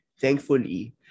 thankfully